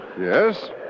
Yes